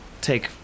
take